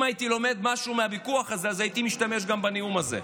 אם הייתי לומד משהו מהוויכוח הזה הייתי משתמש גם בנאום הזה,